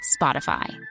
Spotify